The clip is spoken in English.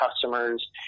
customers